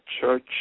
Church